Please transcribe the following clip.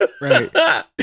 right